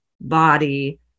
body